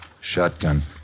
Shotgun